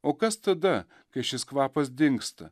o kas tada kai šis kvapas dingsta